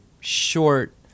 short